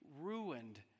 ruined